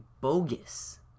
bogus